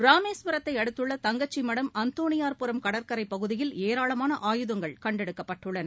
ராமேஸ்வரத்தை அடுத்துள்ள தங்கச்சி மடம் அந்தோணியாா்புரம் கடற்கரைப் பகுதியில் ஏராளமான ஆயுதங்கள் கண்டெடுக்கப்பட்டுள்ளன